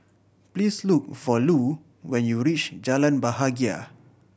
please look for Lu when you reach Jalan Bahagia